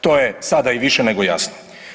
To je sada i više nego jasno.